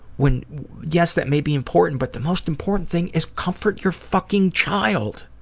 when yes, that may be important, but the most important thing is, comfort your fucking child!